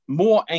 more